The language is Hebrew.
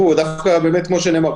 כמו שנאמר,